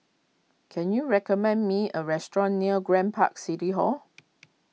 can you recommend me a restaurant near Grand Park City Hall